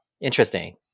Interesting